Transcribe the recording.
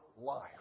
life